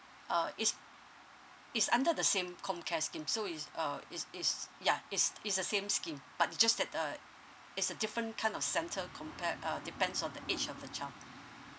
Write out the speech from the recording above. uh is is under the same comcare scheme so is uh is is ya is is a same scheme but it just that uh is a different kind of centre compare uh depends on the age of the child